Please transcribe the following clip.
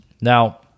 Now